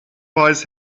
weiß